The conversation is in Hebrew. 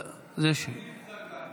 מי השר התורן?